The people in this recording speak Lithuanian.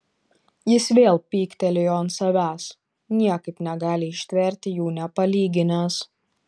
jis vėl pyktelėjo ant savęs niekaip negali ištverti jų nepalyginęs